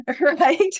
right